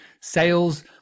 sales